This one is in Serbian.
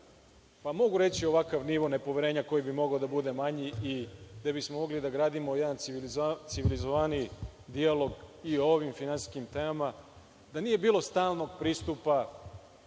– zbog čega ovakav nivo nepoverenja, koji bi mogao da bude manji i gde bismo mogli da gradimo jedan civilizovaniji dijalog i o ovim finansijskim temama, da nije bilo stalnog pristupa,